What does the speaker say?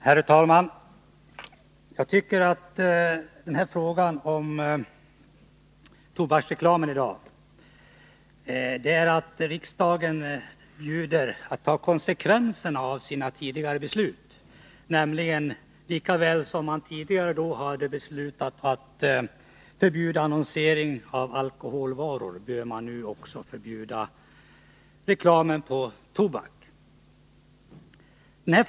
Herr talman! I fråga om tobaksreklamen gäller det att riksdagen tar konsekvenserna av tidigare beslut. Lika väl som man tidigare beslutade att förbjuda annonsering av alkoholvaror, bör man nu också förbjuda tobaksreklam.